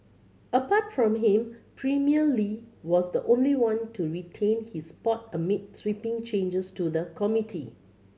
apart from him Premier Li was the only one to retain his spot amid sweeping changes to the committee